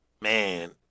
man